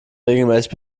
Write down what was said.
regelmäßig